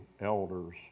elders